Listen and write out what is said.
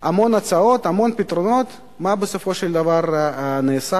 המון הצעות, המון פתרונות, מה בסופו של דבר נעשה?